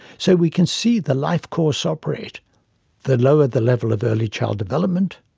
so we can see the life course operate the lower the level of early child development,